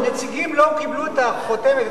הנציגים לא קיבלו את החותמת,